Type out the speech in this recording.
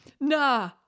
Nah